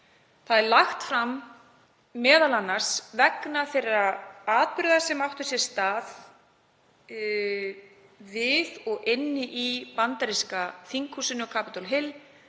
Það er m.a. lagt fram vegna þeirra atburða sem áttu sér stað við og inni í bandaríska þinghúsinu á Capitol Hill